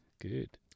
Good